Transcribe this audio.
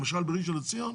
למשל בראשון לציון,